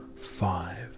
five